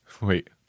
wait